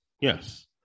yes